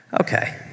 Okay